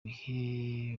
bihe